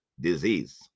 disease